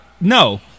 No